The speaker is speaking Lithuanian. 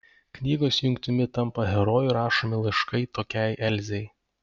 knygos jungtimi tampa herojų rašomi laiškai tokiai elzei